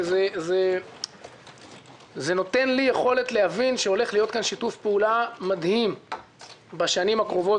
וזה גורם לי להבין שיכול להיות כאן שיתוף פעולה מדהים בשנים הקרובות,